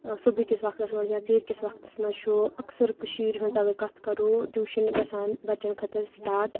صُبحہٕ کِس وقتس منٛز یا ژیٖرۍ کِس وقتس منز چھُ اکثر اگر کٔشیٖرِ ہِنٛز اگر کتھ کرو ٹیوٗشن گژھان بچن خٲطرٕ سٹاٹ